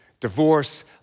Divorce